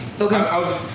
okay